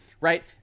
right